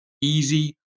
easy